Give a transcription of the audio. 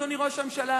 אדוני ראש הממשלה,